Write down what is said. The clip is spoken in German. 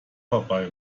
vorbei